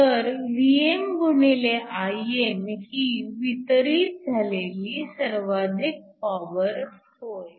तर Vm x Im ही वितरित झालेली सर्वाधिक पॉवर होय